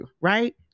right